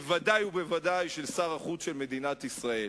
בוודאי ובוודאי של שר החוץ של מדינת ישראל.